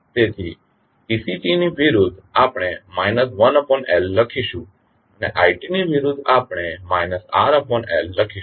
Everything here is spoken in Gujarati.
તેથી ect ની વિરુદ્ધ આપણે 1L લખીશું અને i ની વિરુદ્ધ આપણે RL લખીશું